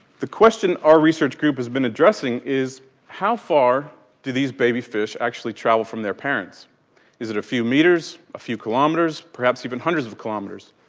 the question our research group has been addressing is how far do these baby fish actually travel from their parents is it a few metres, a few kilometres, perhaps even hundreds of kilometres.